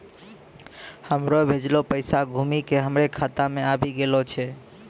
हमरो भेजलो पैसा घुमि के हमरे खाता मे आबि गेलो छै